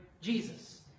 Jesus